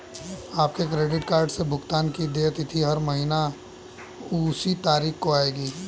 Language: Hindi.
आपके क्रेडिट कार्ड से भुगतान की देय तिथि हर महीने उसी तारीख को आएगी